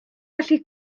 gallu